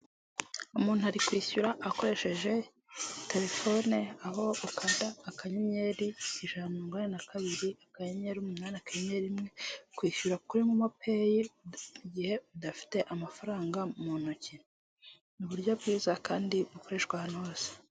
Umuntu ari kwishyura akoresheje telefone aho ukanda akanyenyeri ijana na mirongo inani na kabiri akanyenyeri umunani, rimwe kwishyura kuri momo pay igihe udafite amafaranga mu ntoki ni uburyo bwiza kandi bukoreshwa ahantu hose .